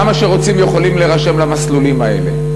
כמה שרוצים יכולים להירשם למסלולים האלה.